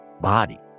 body